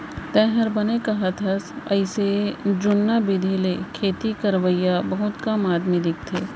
तैंहर बने करत हस अइसे जुन्ना बिधि ले खेती करवइया बहुत कम आदमी दिखथें